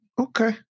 Okay